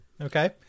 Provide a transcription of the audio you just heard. okay